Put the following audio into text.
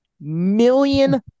million